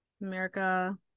America